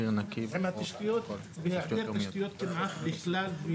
והיעדר תשתיות כמעט בכלל.